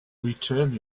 return